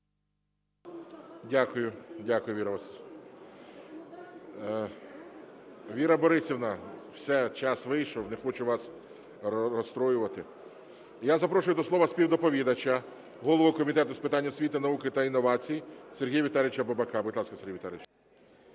залі) Віра Борисівна, все, час вийшов. Не хочу вас розстроювати. Я запрошую до слова співдоповідача, голову Комітету з питань освіти, науки та інновацій Сергія Віталійовича Бабака. Будь ласка, Сергій Віталійович.